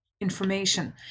information